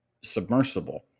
submersible